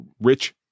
Rich